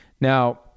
Now